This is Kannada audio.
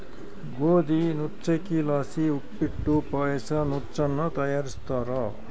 ಗೋದಿ ನುಚ್ಚಕ್ಕಿಲಾಸಿ ಉಪ್ಪಿಟ್ಟು ಪಾಯಸ ನುಚ್ಚನ್ನ ತಯಾರಿಸ್ತಾರ